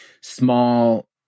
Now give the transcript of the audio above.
small